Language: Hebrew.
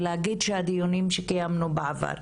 ולהגיד שהדיונים שקיימנו בעבר,